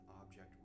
object